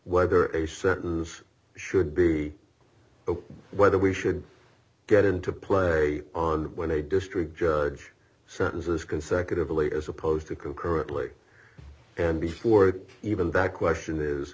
whether a sentence should be open whether we should get into play on when a district judge sentences consecutively as opposed to concurrently and before even that question is